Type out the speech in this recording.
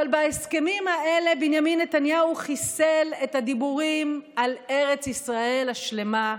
אבל בהסכמים האלה בנימין נתניהו חיסל את הדיבורים על ארץ ישראל השלמה,